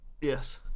yes